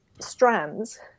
strands